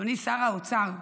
אדוני שר האוצר,